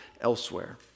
elsewhere